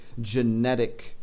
genetic